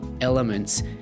elements